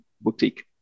boutique